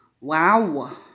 wow